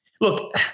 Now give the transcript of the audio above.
look